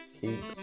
keep